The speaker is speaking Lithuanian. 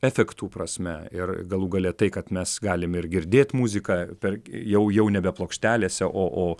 efektų prasme ir galų gale tai kad mes galim ir dėt muziką per jau jau nebe plokštelėse o o